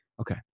Okay